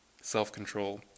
Self-control